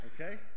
Okay